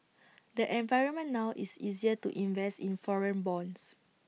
the environment now is easier to invest in foreign bonds